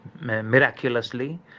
miraculously